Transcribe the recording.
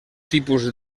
tipus